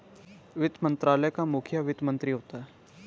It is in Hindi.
वित्त मंत्रालय का मुखिया वित्त मंत्री होता है